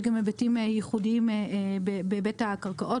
יש גם היבטים ייחודיים בהיבט הקרקעות,